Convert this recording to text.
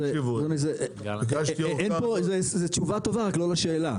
טוב זה תשובה טובה רק לא לשאלה.